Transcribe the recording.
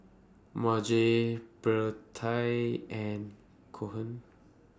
Marge Birtie and Cohen